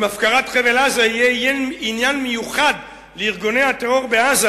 עם הפקרת חבל-עזה יהיה עניין מיוחד לארגוני הטרור בעזה